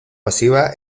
masiva